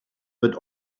wird